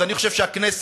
אז אני חושב שהכנסת,